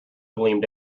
gleamed